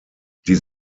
die